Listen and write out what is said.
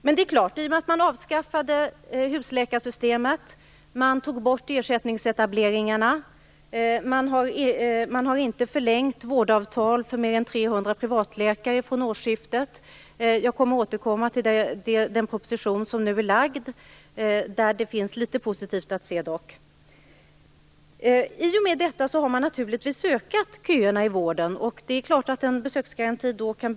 Man har avskaffat husläkarsystemet, tagit bort ersättningsetableringarna och har inte förlängt vårdavtal för mer än 300 privatläkare från årsskiftet. Jag skall återkomma till den proposition som nu är framlagd, där man kan finna en del som är positivt. I och med detta har man naturligtvis ökat köerna i vården, och det är klart att det då kan behövas en besöksgaranti.